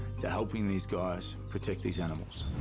to helping these guys protect these animals.